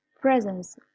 presents